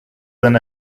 than